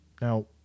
Now